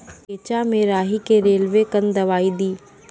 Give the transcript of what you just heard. रेचा मे राही के रेलवे कन दवाई दीय?